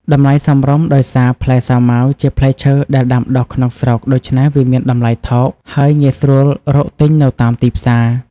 តម្លៃសមរម្យ ដោយសារផ្លែសាវម៉ាវជាផ្លែឈើដែលដាំដុះក្នុងស្រុក ដូច្នេះវាមានតម្លៃថោក ហើយងាយស្រួលរកទិញនៅតាមទីផ្សារ។